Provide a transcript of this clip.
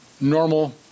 normal